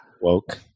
Woke